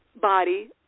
body